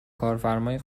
کارفرمای